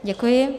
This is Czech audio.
Děkuji.